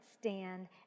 stand